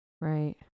Right